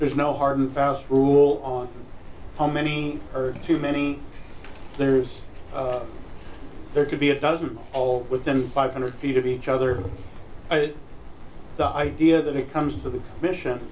there's no hard and fast rule on how many are too many there's there could be a dozen all within five hundred feet of each other the idea that it comes to the mission